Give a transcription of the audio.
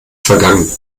vergangen